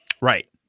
right